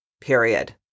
period